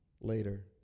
later